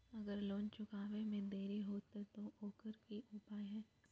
अगर लोन चुकावे में देरी होते तो ओकर की उपाय है?